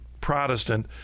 protestant